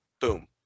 Boom